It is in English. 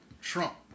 Trump